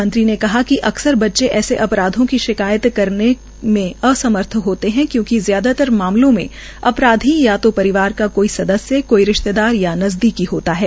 मंत्री ने कहा कि अकसर बच्चे ऐसे अपराधों की शिकायत करने में असमर्थ होते है क्योंकि ज्यादातर मामलों में अपराधी या तो परिवार का ही कोई सदस्यकोई रिश्तेदार या नजदीकी होता है